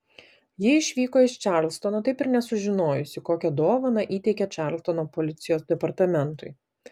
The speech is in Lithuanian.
ji išvyko iš čarlstono taip ir nesužinojusi kokią dovaną įteikė čarlstono policijos departamentui